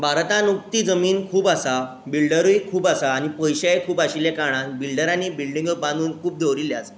भारतांत उक्ती जमीन खूब आसा बिल्डरूय खूब आसा आनी पयशेय खूब आशिल्ले कारणान बिल्डरांनी बिल्डिंग्यो बांदून खूब दवरिल्ले आसा